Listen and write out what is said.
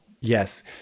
yes